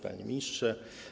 Panie Ministrze!